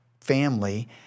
family